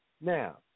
Now